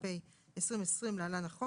התש"ף 2020 (להלן החוק),